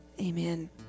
amen